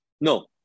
No